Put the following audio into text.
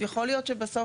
יכול להיות שבסוף